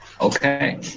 Okay